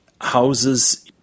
houses